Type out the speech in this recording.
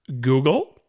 Google